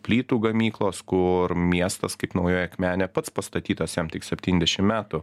plytų gamyklos kur miestas kaip naujoji akmenė pats pastatytas jam tik septyndešim metų